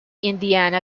indiana